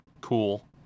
cool